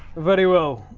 very well